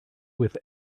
with